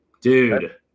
Dude